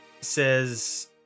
says